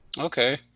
Okay